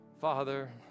Father